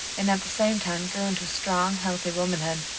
and at the same time grew into strong, healthy womanhood.